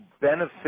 benefit